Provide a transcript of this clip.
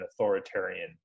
authoritarian